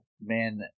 Man